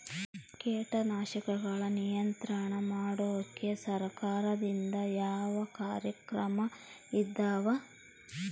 ಕೇಟನಾಶಕಗಳ ನಿಯಂತ್ರಣ ಮಾಡೋಕೆ ಸರಕಾರದಿಂದ ಯಾವ ಕಾರ್ಯಕ್ರಮ ಇದಾವ?